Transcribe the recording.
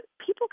people